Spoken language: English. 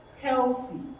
healthy